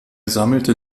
sammelte